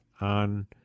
on